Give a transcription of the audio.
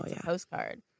postcard